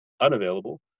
unavailable